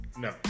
No